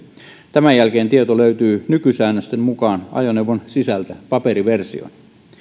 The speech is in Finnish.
tämän jälkeen tieto löytyy nykysäännösten mukaan ajoneuvon sisältä paperiversiona